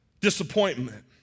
Disappointment